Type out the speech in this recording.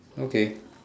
okay